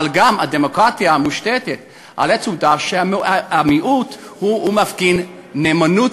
אבל הדמוקרטיה גם מושתתת על עצם העובדה שהמיעוט מפגין נאמנות